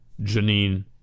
Janine